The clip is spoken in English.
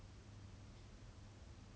mm that she's always welcome at home